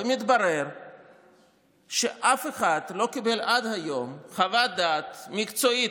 ומתברר שאף אחד לא קיבל עד היום חוות דעת מקצועית